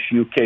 UK